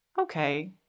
okay